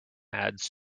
ads